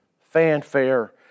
fanfare